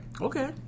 Okay